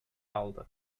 aldı